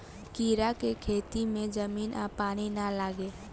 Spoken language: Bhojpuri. कीड़ा के खेती में जमीन आ पानी ना लागे